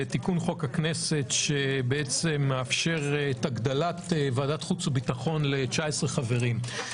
לתיקון חוק הכנסת שמאפשר את הגדלת ועדת חוץ וביטחון ל-19 חברים.